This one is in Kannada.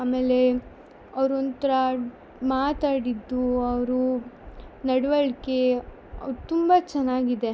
ಆಮೇಲೆ ಅವರು ಒಂಥ್ರ ಮಾತಾಡಿದ್ದು ಅವ್ರ ನಡವಳಿಕೆ ತುಂಬ ಚೆನ್ನಾಗಿದೆ